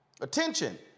Attention